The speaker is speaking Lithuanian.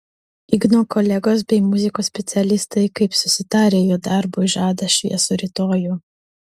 igno kolegos bei muzikos specialistai kaip susitarę jo darbui žada šviesų rytojų